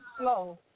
slow